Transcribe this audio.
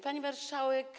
Pani Marszałek!